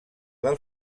del